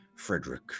Frederick